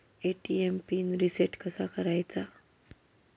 ATM PIN reset कसा करायचा?